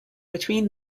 between